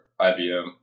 IBM